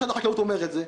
משרד החקלאות אומר את זה.